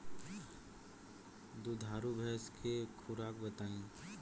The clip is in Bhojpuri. दुधारू भैंस के खुराक बताई?